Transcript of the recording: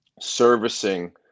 servicing